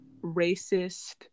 racist